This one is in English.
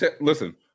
Listen